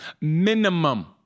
Minimum